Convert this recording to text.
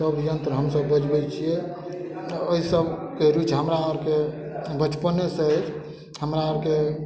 यंत्र हमसब बजबै छियै एहि सबके रुचि हमरा आरके बचपनेसॅं अछि हमरा आरके